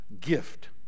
gift